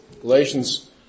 Galatians